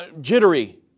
jittery